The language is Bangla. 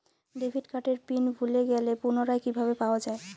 ডেবিট কার্ডের পিন ভুলে গেলে পুনরায় কিভাবে পাওয়া য়ায়?